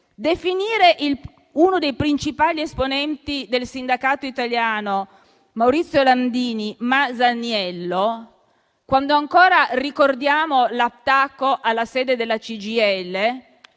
definire uno dei principali esponenti del sindacato italiano, Maurizio Landini, un Masaniello, quando ancora ricordiamo l'attacco alla sede della CGIL,